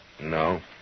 No